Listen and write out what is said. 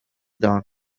dawn